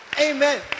Amen